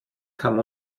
kam